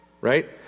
Right